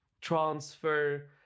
transfer